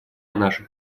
наших